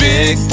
Big